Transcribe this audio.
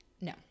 No